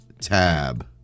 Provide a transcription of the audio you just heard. tab